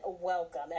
welcome